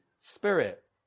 Spirit